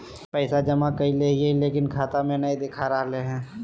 पैसा जमा कैले हिअई, लेकिन खाता में काहे नई देखा रहले हई?